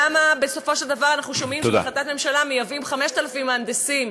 למה בסופו של דבר אנחנו שומעים שבהחלטת ממשלה מייבאים 5,000 מהנדסים?